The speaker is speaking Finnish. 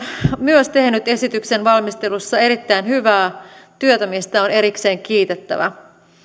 myös tehnyt esityksen valmistelussa erittäin hyvää työtä mistä on erikseen kiitettävä kelan